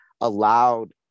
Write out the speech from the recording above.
allowed